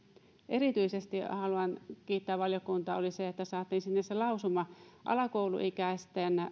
erityisesti haluan kiittää valiokuntaa on se että saatiin sinne se lausuma alakouluikäisten